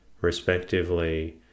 respectively